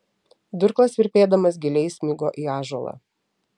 durklas virpėdamas giliai įsmigo į ąžuolą